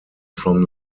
from